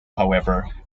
however